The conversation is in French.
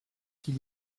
qu’il